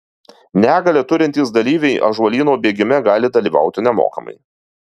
negalią turintys dalyviai ąžuolyno bėgime gali dalyvauti nemokamai